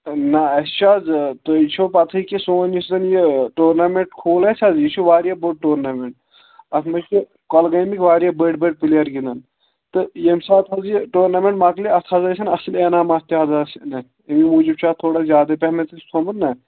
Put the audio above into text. نہ اَسہِ چھُ آز تُہۍ چھُو پَتہٕے کہِ سون یُس زَن یہِ ٹورنامٮ۪نٛٹ کھوٗل آسہِ حظ یہِ چھُ واریاہ بوٚڑ ٹورنامٮ۪نٛٹ اَتھ منٛز چھِ کۄلگٲمِکۍ واریاہ بٔڑۍ بٔڑۍ پٕلیر گِنٛدَن تہٕ ییٚمہِ ساتہٕ حظ یہِ ٹورنامٮ۪نٛٹ مَکلہِ اَتھ حظ ٲسٮ۪ن اَصٕل انعامات تہِ حظ آسَن اَتھ اَمی موٗجوٗب چھُ اَتھ تھوڑا زیادَے پہمَتھ تھوٚمُت نا